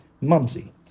mumsy